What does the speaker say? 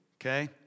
okay